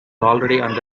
already